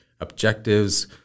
objectives